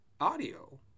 audio